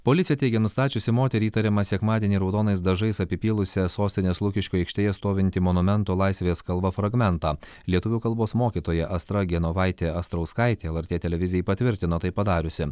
policija teigia nustačiusi moterį įtariamą sekmadienį raudonais dažais apipylusią sostinės lukiškių aikštėje stovintį monumento laisvės kalva fragmentą lietuvių kalbos mokytoja astra genovaitė astrauskaitė lrt televizijai patvirtino tai padariusi